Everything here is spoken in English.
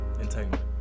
Entanglement